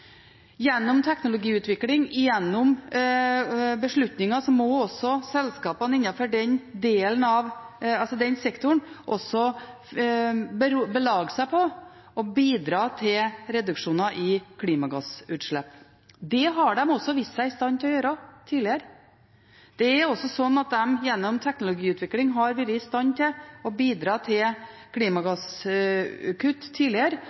Gjennom teknologiutvikling og gjennom beslutninger må også selskapene innenfor den sektoren belage seg på å bidra til reduksjoner i klimagassutslipp. Det har de tidligere vist seg i stand til å gjøre. Gjennom teknologiutvikling har de tidligere vært i stand til å bidra til klimagasskutt, og det må de gjøre også i årene framover, i tillegg til å